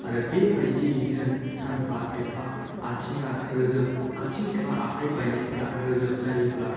आरो बेबायदियैनो सानफा एफा आथिङा रोजोब आथिं एबा आखाइ बायनायफोरा रोजोब जायोब्ला